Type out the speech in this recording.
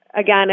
Again